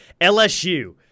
LSU